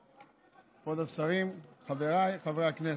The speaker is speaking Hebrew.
כבוד השרים, חבריי חברי הכנסת,